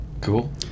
cool